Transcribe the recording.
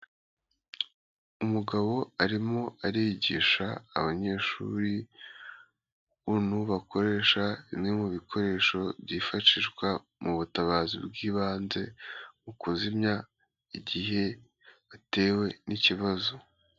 Umugabo arimo arigisha abanyeshuri, ukuntu bakoresha bimwe mu bikoresho byifashishwa mu butabazi bw'ibanze, mu kuzimya igihe batewe n'ikibazo.